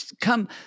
come